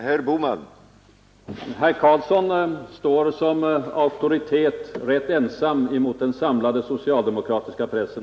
Herr talman! Herr Karlsson i Huskvarna står såsom auktoritet rätt ensam mot den samlade socialdemokratiska pressen.